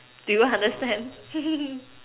do you understand